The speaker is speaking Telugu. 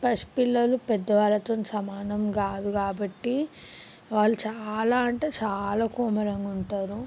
పసిపిల్లలు పెద్దవాళ్ళతోను సమానం కాదు కాబట్టి వాళ్ళు చాలా అంటే చాలా కోమలంగా ఉంటారు